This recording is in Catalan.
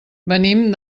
venim